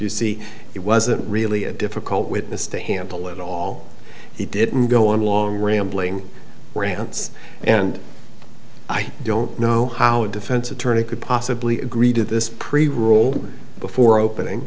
you see it wasn't really a difficult witness to handle it all he didn't go on long rambling rants and i don't know how a defense attorney could possibly agree to this pre roll before opening